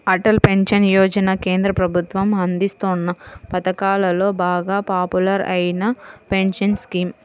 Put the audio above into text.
Atal pension Yojana కేంద్ర ప్రభుత్వం అందిస్తోన్న పథకాలలో బాగా పాపులర్ అయిన పెన్షన్ స్కీమ్